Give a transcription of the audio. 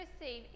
receive